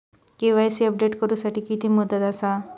KYC update करू साठी किती मुदत आसा?